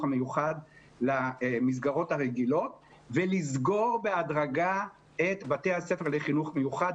המיוחד למסגרת הרגילות ולסגור בהדרגה את בתי הספר לחינוך מיוחד,